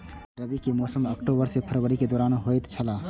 रबी के मौसम अक्टूबर से फरवरी के दौरान होतय छला